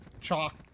chalk